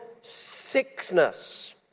sickness